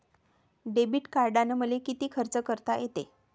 Debit कार्डानं मले किती खर्च करता येते?